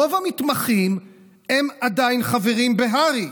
רוב המתמחים הם עדיין חברים בהר"י,